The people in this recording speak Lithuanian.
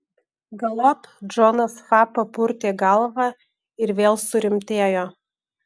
galop džonas fa papurtė galvą ir vėl surimtėjo